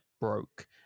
broke